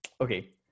okay